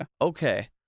Okay